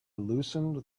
loosened